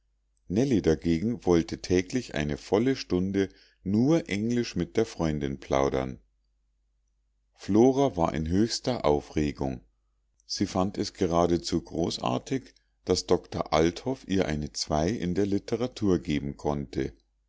dagegen wollte täglich eine volle stunde nur englisch mit der freundin plaudern flora war in höchster aufregung sie fand es geradezu großartig daß doktor althoff ihr eine ii in der litteratur geben konnte